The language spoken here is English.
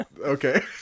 Okay